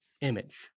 image